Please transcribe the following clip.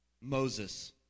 Moses